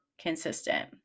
consistent